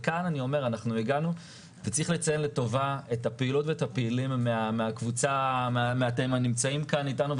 צריך לציין לטובה את הפעילות ואת הפעילים הנמצאים כאן איתנו,